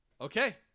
Okay